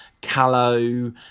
callow